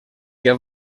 que